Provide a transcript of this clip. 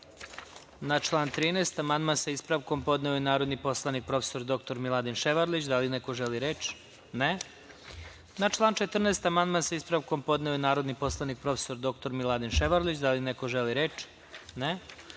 član 13. amandman sa ispravkom podneo je narodni poslanik prof. dr Miladin Ševarlić. Da li neko želi reč? (Ne)Na član 14. amandman sa ispravkom podneo je narodni poslanik prof. dr Miladin Ševarlić. Da li neko želi reč?